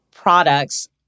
products